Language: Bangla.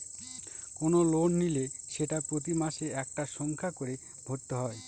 কোনো লোন নিলে সেটা প্রতি মাসে একটা সংখ্যা করে ভরতে হয়